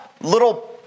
little